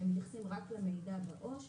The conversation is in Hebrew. הם מתייחסים רק למידע בעובר ושב,